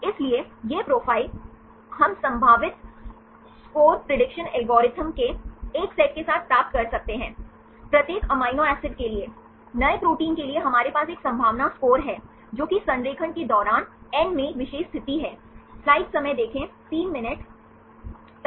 इसलिए ये प्रोफाइल हम संभावित स्कोर प्रेडिक्शन एल्गोरिदम के एक सेट के साथ प्राप्त कर सकते हैं प्रत्येक अमीनो एसिड के लिए नए प्रोटीन के लिए हमारे पास एक संभावना स्कोर है जो कि संरेखण के दौरान n में एक विशेष स्थिति है